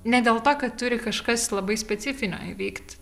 ne dėl to kad turi kažkas labai specifinio įvykt